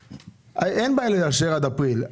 אין בעיה לאשר עד אפריל,